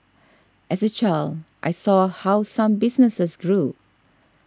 as a child I saw how some businesses grew